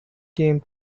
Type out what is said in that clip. came